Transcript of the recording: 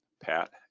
pat